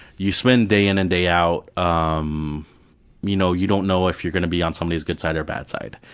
you spend day-in and day-out, um you know you don't know if you're going to be on somebody's good side or bad side.